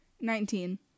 Nineteen